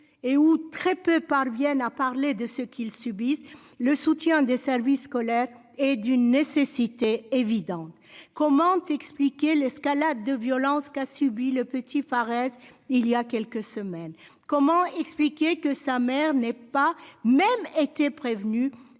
et ou très peu parviennent à parler de ce qu'ils subissent le soutien des services scolaires et d'une nécessité évidente. Comment expliquer l'escalade de violences qu'a subie le petit paraissent il y a quelques semaines. Comment expliquer que sa mère n'est pas même été prévenue